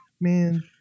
man